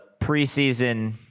preseason